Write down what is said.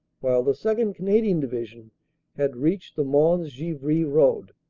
while the second. canadian division had reached the mons givry road,